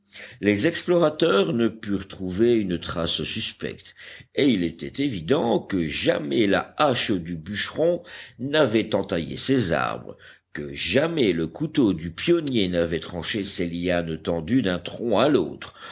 les explorateurs ne purent trouver une trace suspecte et il était évident que jamais la hache du bûcheron n'avait entaillé ces arbres que jamais le couteau du pionnier n'avait tranché ces lianes tendues d'un tronc à l'autre